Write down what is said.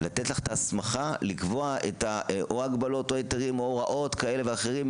לתת לך את ההסמכה לקבוע או הגבלות או היתרים או הוראות כאלה ואחרות,